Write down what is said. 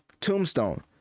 tombstone